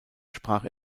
sprach